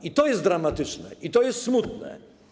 I to jest dramatyczne, i to jest smutne.